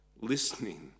listening